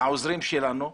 העוזרים שלנו,